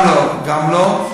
גם לא.